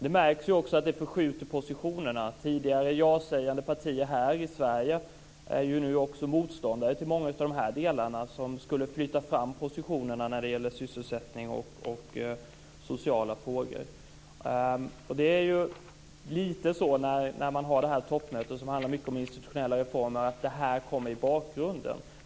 Det märks också att det förskjuter positionerna. Tidigare ja-sägande partier här i Sverige är nu också motståndare till många av de delar som skulle flytta fram positionerna när det gäller sysselsättningen och sociala frågor. Det är lite så när man har ett toppmöte som handlar mycket om institutionella reformer att det här kommer i bakgrunden.